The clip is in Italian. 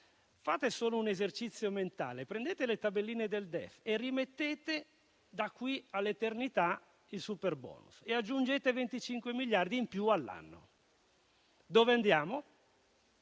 Fate solo un esercizio mentale: prendete le tabelline del DEF e rimettete da qui all'eternità il superbonus e aggiungete 25 miliardi in più all'anno. Andiamo